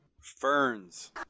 Ferns